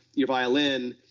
your violin,